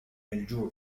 الجوع